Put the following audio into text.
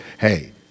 hey